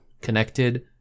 connected